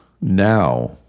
now